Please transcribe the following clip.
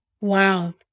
Wow